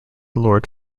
lord